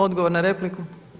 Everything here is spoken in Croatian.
Odgovor na repliku.